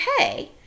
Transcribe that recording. okay